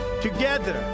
Together